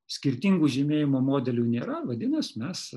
skirtingų žymėjimo modelių nėra vadinas mes